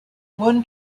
one